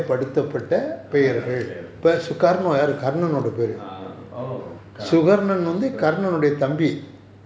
ah oh